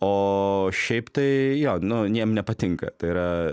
o šiaip tai jo nu jiem nepatinka tai yra